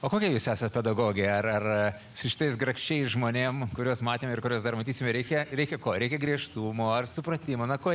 o kokia jūs esat pedagogė ar ar su šitais grakščiais žmonėm kuriuos matėme ir kuriuos dar matysime reikia reikia ko reikia griežtumo ar supratimo na ko